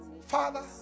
Father